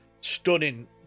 stunning